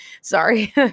sorry